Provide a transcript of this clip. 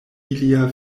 ilia